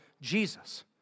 Jesus